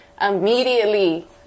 Immediately